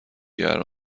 گرم